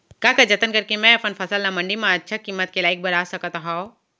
का का जतन करके मैं अपन फसल ला मण्डी मा अच्छा किम्मत के लाइक बना सकत हव?